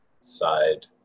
side